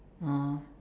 oh